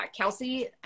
Kelsey